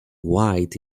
white